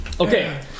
Okay